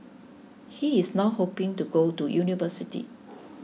he is now hoping to go to university